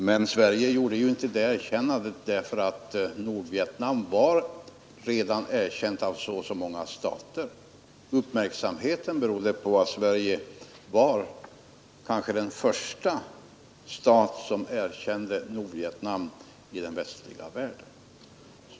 Men Sverige gjorde inte det erkännandet därför att Nordvietnam redan var erkänt av så eller så många stater. Uppmärksamheten berodde på att Sverige var kanske den första stat i den västliga världen som erkände Nordvietnam.